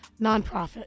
nonprofit